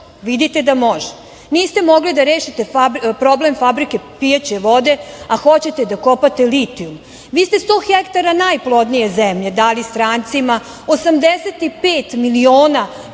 vidite da može. Niste mogli da rešite problem Fabrike pijaće vode, a hoćete da kopate litijum. Vi ste sto hektara najplodnije zemlje dali strancima, 85 miliona